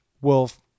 Wolf